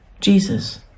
Jesus